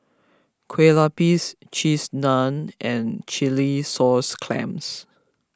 Kueh Lupis Cheese Naan and Chilli Sauce Clams